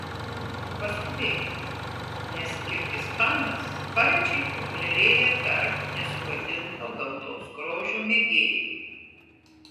paskubėkite nes kirgizstanas sparčiai populiarėja tarp nesugadinto gamtos grožio mėgėjų